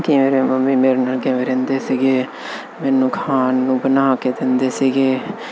ਕ ਮਮੀ ਮੇਰੇ ਨਾਲ ਕਿਵੇਂ ਰਹਿੰਦੇ ਸੀਗੇ ਮੈਨੂੰ ਖਾਣ ਨੂੰ ਬਣਾ ਕੇ ਦਿੰਦੇ ਸੀਗੇ ਘਰ ਦਾ